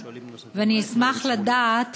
ואני אשמח לדעת